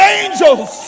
angels